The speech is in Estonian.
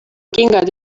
kingad